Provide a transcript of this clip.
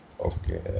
Okay